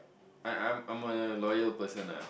I'm I'm I'm a loyal person ah